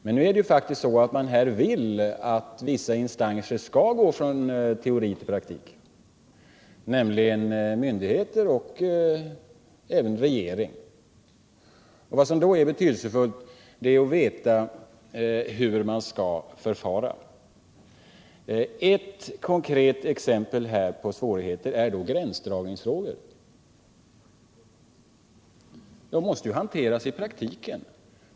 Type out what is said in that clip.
Men här vill man ju faktiskt att vissa instanser skall gå från teori till praktik, nämligen myndigheterna och även regeringen. Vad som då är betydelsefullt är att veta hur man skall förfara. Ett konkret exempel på svårigheterna därvidlag är gränsdragningsfrågor. De måste ju hanteras i praktiken.